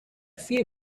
few